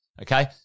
Okay